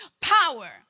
power